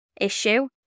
issue